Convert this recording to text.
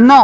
No